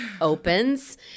opens